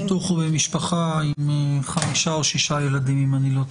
החיתוך הוא למשפחה עם חמישה או שישה ילדים.